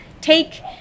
take